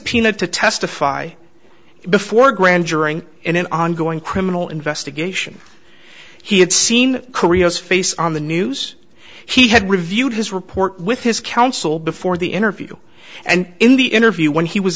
d to testify before a grand jury in an ongoing criminal investigation he had seen korea's face on the news he had reviewed his report with his counsel before the interview and in the interview when he was